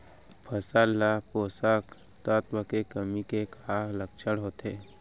फसल मा पोसक तत्व के कमी के का लक्षण होथे?